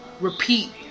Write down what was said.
Repeat